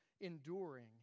enduring